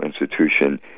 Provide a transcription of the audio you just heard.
institution